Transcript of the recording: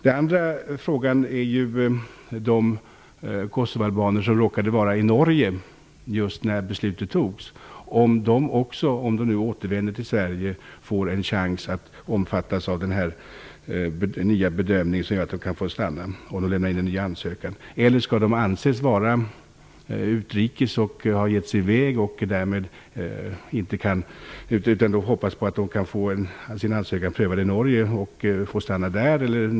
Den andra frågan gäller de kosovoalbaner som råkade vara i Norge just när beslutet fattades. Får också de en chans att omfattas av denna nya bedömning som gör att de kan få stanna om de återvänder till Sverige och lämnar in en ny ansökan, eller skall de anses vara utrikes och därför inte kunna utnyttja förordningen? Kan de hoppas på att få sin ansökan prövad i Norge och få stanna där?